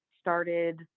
started